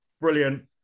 Brilliant